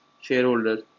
shareholders